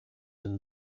een